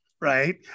right